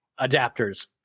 adapters